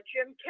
Jim